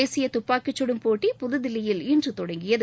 தேசிய துப்பாக்கிச் சுடும் போட்டி புதுதில்லியில் இன்று தொடங்கியது